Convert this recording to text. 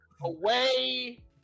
away